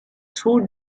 two